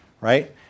right